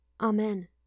Amen